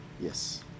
Yes